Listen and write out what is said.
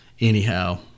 Anyhow